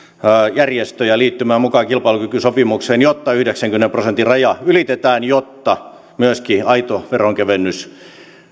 järjestöjä liittymään mukaan kilpailukykysopimukseen jotta yhdeksänkymmenen prosentin raja ylitetään jotta myöskin aito veronkevennys